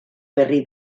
berri